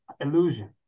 illusion